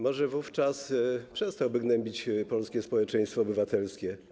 Może wówczas przestałby gnębić polskie społeczeństwo obywatelskie.